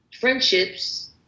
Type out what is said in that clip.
friendships